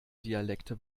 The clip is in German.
dialekte